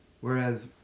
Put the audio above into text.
Whereas